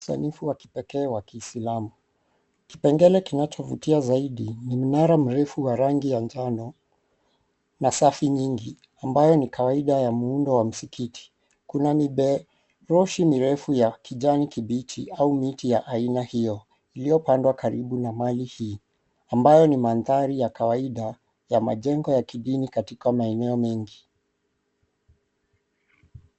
Usanifu wa kipekee wa kiislamu. Kipengele kinachovutia zaidi ni mnara mrefu wa rangi ya njano na safi nyingi, ambayo ni kawaida ya muundo wa msikiti. Kuna miberoshi mirefu ya kijani kibichi au miti ya aina hio, iliopandwa karibu na mali hii ambayo ni mandhari ya kawaida ya majengo ya kidini katika maeneo mengi.